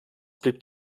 blieb